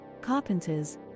carpenters